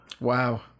Wow